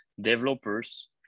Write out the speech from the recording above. developers